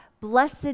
blessed